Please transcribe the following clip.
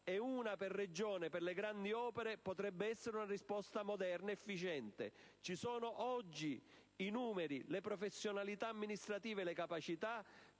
ed una per Regione per le grandi opere, potrebbe essere una risposta moderna ed efficiente. Ci sono oggi i numeri, le professionalità amministrative e le capacità